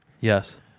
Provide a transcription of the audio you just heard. Yes